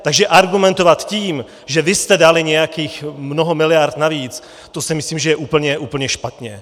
Takže argumentovat tím, že vy jste dali nějakých mnoho miliard navíc, to si myslím, že je úplně špatně.